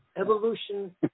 evolution